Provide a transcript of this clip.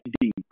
deep